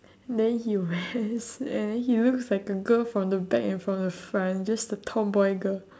then he wears and then he looks like a girl from the back and from the front just a tomboy girl